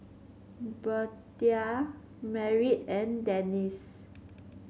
Birtha Merritt and Denise